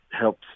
helps